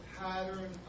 pattern